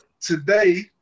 today